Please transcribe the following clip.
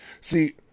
See